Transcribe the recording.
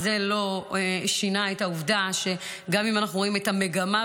זה לא שינה את העובדה שגם אם אנחנו רואים את המגמה,